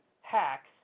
hacks